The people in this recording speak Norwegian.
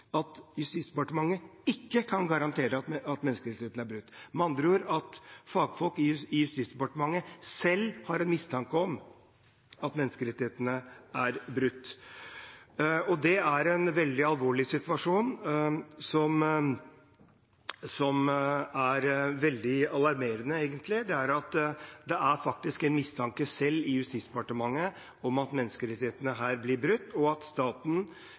at Justisdepartementet ikke kan garantere at menneskerettighetene ikke er brutt, med andre ord at fagfolk i Justisdepartementet selv har en mistanke om at menneskerettighetene er brutt. Det er en veldig alvorlig situasjon, som egentlig er veldig alarmerende, at det faktisk selv i Justisdepartementet er en mistanke om at menneskerettighetene her blir brutt, og at staten